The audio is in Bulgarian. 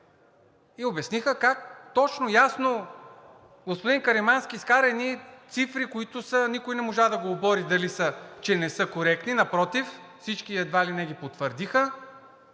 и обясниха как точно и ясно – господин Каримански изкара едни цифри, никой не можа да го обори дали са и че не са коректни, напротив всички едва ли не го потвърдиха,